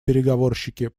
переговорщики